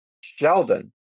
Sheldon